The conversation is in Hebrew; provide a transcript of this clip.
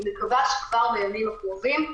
אני מקווה שכבר בימים הקרובים,